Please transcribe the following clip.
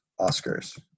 Oscars